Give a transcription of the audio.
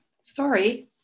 Sorry